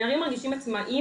הנערים מרגישים עצמאים,